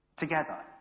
together